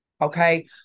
Okay